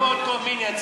בני-זוג מאותו המין),